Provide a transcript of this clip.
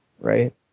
Right